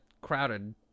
crowded